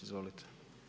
Izvolite.